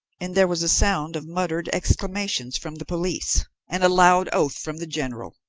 and there was a sound of muttered exclamations from the police and a loud oath from the general.